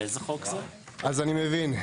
אז אני מבין.